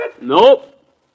Nope